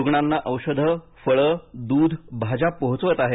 रुग्णांना औषधं फळं दूध भाज्या पोहोचवत आहेत